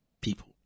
people